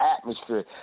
atmosphere